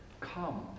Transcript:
Come